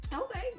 Okay